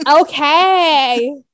Okay